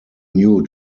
new